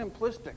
simplistic